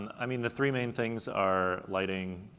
i mean the three main things are lighting,